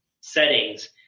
settings